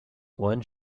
one